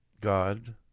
God